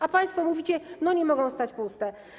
A państwo mówicie: No nie mogą stać puste.